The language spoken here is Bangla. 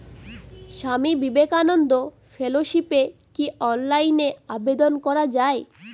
স্বামী বিবেকানন্দ ফেলোশিপে কি অনলাইনে আবেদন করা য়ায়?